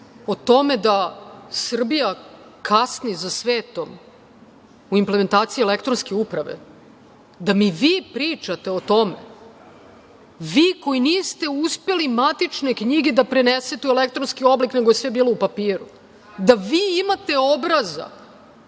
o tome da Srbija kasni za svetom u implementaciji elektronske uprave? Da mi vi pričate o tome, vi koji niste uspeli matične knjige da prenesete u elektronski oblik, nego je sve bilo u papiru? Da vi imate obraza,